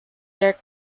their